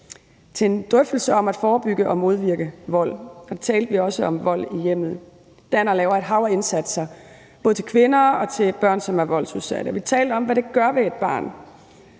til en drøftelse om at forebygge og modvirke vold. Der talte vi også om vold i hjemmet. Danner laver et hav af indsatser til både kvinder og til børn, som er voldsudsatte, og vi talte om, hvad det gør ved et barn.